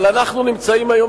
אבל אנחנו נמצאים היום,